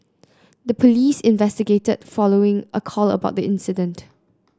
the police investigated following a call about the incident